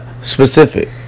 specific